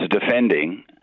defending